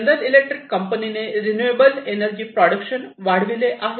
general electric कंपनीने renewable energy production वाढविले आहे